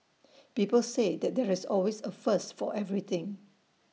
people say that there's always A first for everything